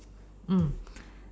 mm